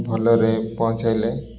ଭଲରେ ପହଞ୍ଚାଇଲେ